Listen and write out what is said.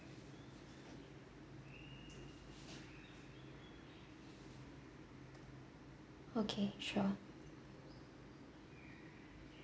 okay sure